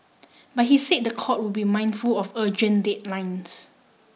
but he said the court would be mindful of urgent deadlines